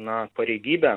na pareigybę